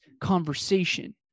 conversation